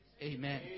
Amen